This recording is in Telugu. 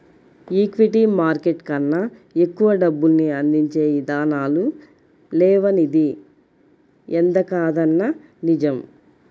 ఈక్విటీ మార్కెట్ కన్నా ఎక్కువ డబ్బుల్ని అందించే ఇదానాలు లేవనిది ఎంతకాదన్నా నిజం